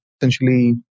essentially